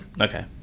Okay